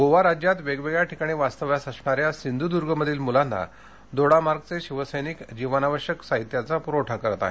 गोवा राज्यात वेगवेगळ्या ठिकाणी वास्तव्यास असणाऱ्या सिंधुद्र्ग मधील मुलांना दोडामार्ग चे शिवसैनिक जीवनावश्यक साहित्याचा पुरवठा करत आहेत